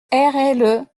rle